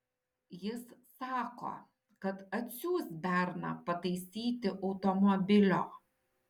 jis sako kad atsiųs berną pataisyti automobilio